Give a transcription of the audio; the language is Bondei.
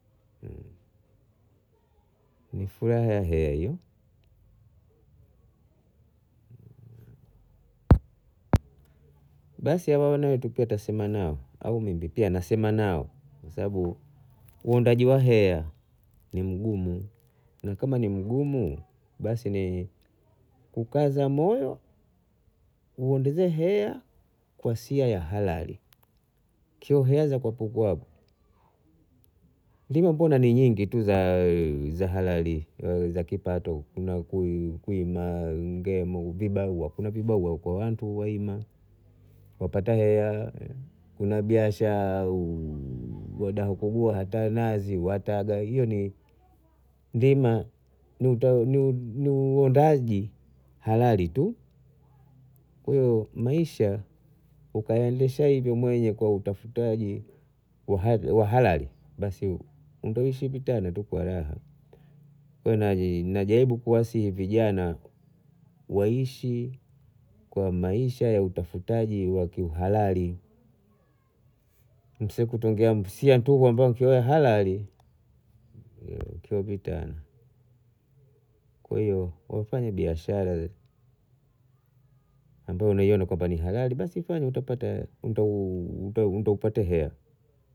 Ni furaha ya hea hiyo, basi awa wana wetu pia twasema nao au ndimi pia nasema nao kwa sababu uondaji wa hea ni mgumu na kama ni mgumu basi ni kukaza moyo uondeze hea kwa sia ya halali kyeo hea za papo hapo, ndima mbona ni nyingi tu za za halali au za kipato kuna kuima ngemo, vibarua kuna vibarua huko nkemo wantu waima wapata hea kuna biashaa wadaha kugoa hata nazi wataga hiyo ni ndima ni ni uondaji halali tu kwa hiyo maisha ukandoza mwenyewe kwa utafutaji wa- wahali basi, utaishi vitana tu kwa halali, basi naj- najaribu kuwasihi vijana waishi kwa maisha ya utafutaji ya kiuhalali mseekutonkea sia ambayo nkyo halali nkyo vitana, kwa hiyo wafanye biashara ambayo unaiona kwamba ni halali basi upate hela, ndo ndo upate hea